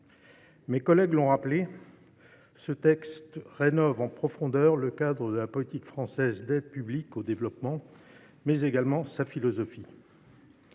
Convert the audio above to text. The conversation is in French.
Mes collègues l’ont rappelé, ce texte a rénové en profondeur le cadre de la politique française d’aide publique au développement, mais également sa philosophie.